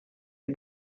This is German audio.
sie